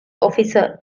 އޮފިސަރ